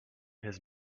his